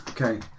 okay